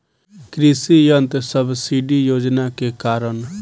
कृषि यंत्र सब्सिडी योजना के कारण?